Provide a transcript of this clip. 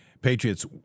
Patriots